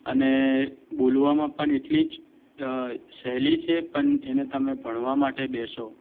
અને બોલવામાં પણ એટલી જ સહેલી છે પણ એને તમે ભણવા માટે બેસો